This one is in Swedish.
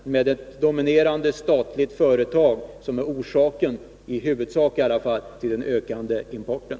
Det är det dominerande statliga företaget som i huvudsak är orsaken till den ökande importen.